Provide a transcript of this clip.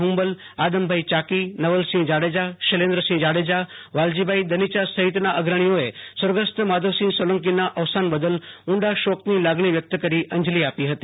હુંબલ આદમભાઈ ચાકી નવલસિંહ જાડેજા શૈલેન્દ્રસિંહ જાડેજા વાલજીભાઈ દનિયા સહિતના અગ્રણીઓએ સ્વર્ગસ્થ માંધવસિંહ સોલંકીના અવસાન બદલ ઉંડા શોકની લાગણી વ્યક્ત કરી અંજલી આપી હતી